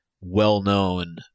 well-known